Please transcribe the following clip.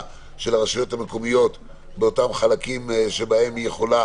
של הרשויות המקומיות באותם חלקים שבהם הן יכולות